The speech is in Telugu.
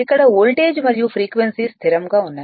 ఇక్కడ వోల్టేజ్ మరియు ఫ్రీక్వెన్సీ స్థిరంగా ఉన్నాయి